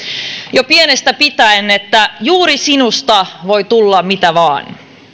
jo pienestä pitäen että juuri sinusta voi tulla mitä vain